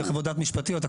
משפטית.